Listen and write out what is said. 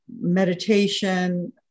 meditation